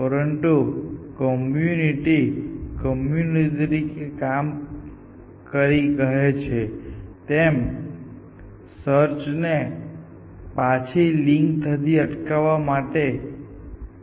પહેલું community community તરીકે કહે છે તેમ સર્ચ ને પાછી લીક થતી અટકાવવા માટે છે